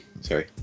Sorry